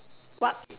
what